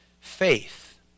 faith